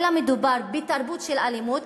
אלא מדובר בתרבות של אלימות,